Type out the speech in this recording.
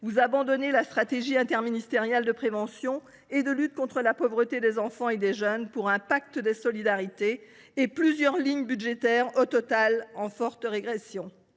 vous abandonnez la stratégie interministérielle de prévention et de lutte contre la pauvreté des enfants et des jeunes au profit d’un pacte des solidarités, avec plusieurs lignes budgétaires en forte régression.